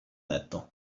letto